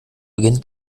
beginnt